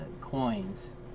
coins